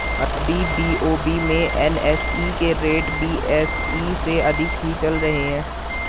अभी बी.ओ.बी में एन.एस.ई के रेट बी.एस.ई से अधिक ही चल रहे हैं